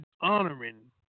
honoring